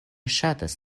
ŝatas